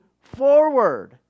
forward